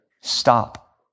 stop